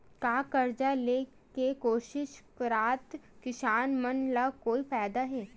का कर्जा ले के कोशिश करात किसान मन ला कोई फायदा हे?